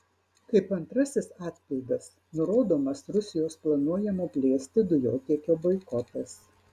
kaip antrasis atpildas nurodomas rusijos planuojamo plėsti dujotiekio boikotas